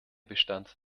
bestand